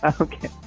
Okay